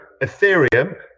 Ethereum